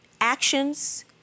actions